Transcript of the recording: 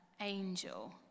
angel